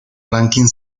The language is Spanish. ranking